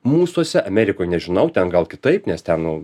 mūsuose amerikoj nežinau ten gal kitaip nes ten